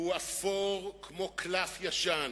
והוא אפור כמו קלף ישן.